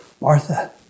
Martha